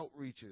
outreaches